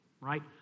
right